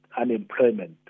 unemployment